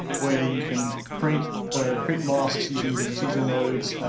where you can create create masks using procedural modes,